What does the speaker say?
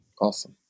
Awesome